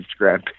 Instagram